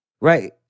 Right